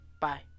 Bye